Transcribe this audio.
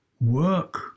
work